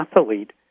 athlete